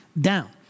down